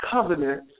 covenant